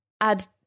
add